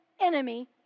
enemy